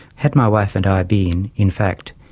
had my wife and i been, in fact,